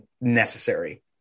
necessary